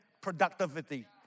productivity